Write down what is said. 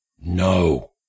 No